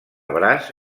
braç